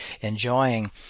enjoying